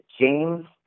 james